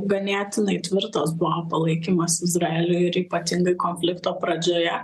ganėtinai tvirtas buvo palaikymas izraeliui ir ypatingai konflikto pradžioje